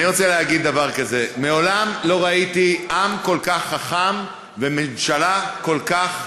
אני רוצה להגיד דבר כזה: מעולם לא ראיתי עם כל כך חכם וממשלה כל כך,